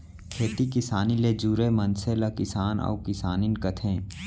खेती किसानी ले जुरे मनसे ल किसान अउ किसानिन कथें